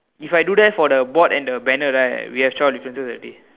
if I do that for the board and the banner right we have twelve differences already